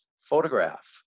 photograph